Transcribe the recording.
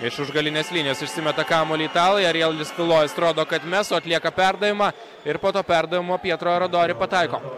iš už galinės linijos išsimeta kamuolį italai arielius tulojus rodo kad mes o atlieka perdavimą ir po to perdavimo pietro rodori pataiko